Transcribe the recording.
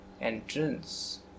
Entrance